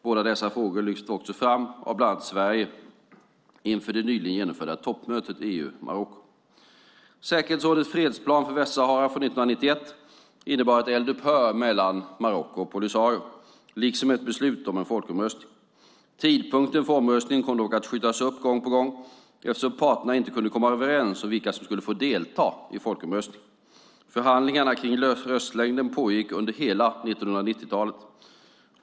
Båda dessa frågor lyftes också fram av bland annat Sverige inför det nyligen genomförda toppmötet EU-Marocko. Säkerhetsrådets fredsplan för Västsahara från 1991 innebar ett eldupphör mellan Marocko och Polisario, liksom ett beslut om en folkomröstning. Tidpunkten för omröstningen kom dock att skjutas upp gång på gång, eftersom parterna inte kunde komma överens om vilka som skulle få delta i folkomröstningen. Förhandlingarna kring röstlängden pågick under hela 1990-talet.